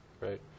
right